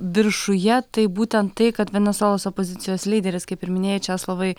viršuje tai būtent tai kad venesuelos opozicijos lyderis kaip ir minėjai česlovai